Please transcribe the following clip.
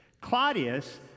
Claudius